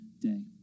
day